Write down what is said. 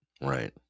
Right